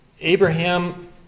Abraham